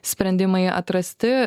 sprendimai atrasti